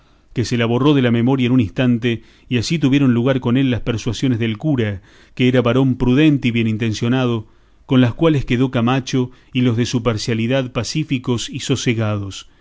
que se la borró de la memoria en un instante y así tuvieron lugar con él las persuasiones del cura que era varón prudente y bien intencionado con las cuales quedó camacho y los de su parcialidad pacíficos y sosegados